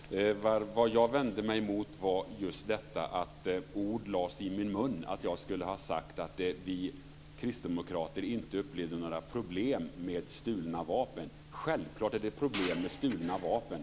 Herr talman! Kia Andreasson får givetvis ha vilken uppfattning hon vill. Vad jag vände mig mot var just att ord lades i min mun, att jag skulle ha sagt att vi kristdemokrater inte upplever några problem med stulna vapen. Självklart är det problem med stulna vapen.